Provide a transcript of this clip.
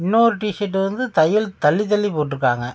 இன்னொரு T shirt வந்து தையல் தள்ளித்தள்ளி போட்டு இருக்காங்க